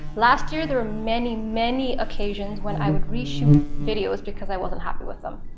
last year there are many many occasions when i would re-shoot videos because i wasn't happy with them,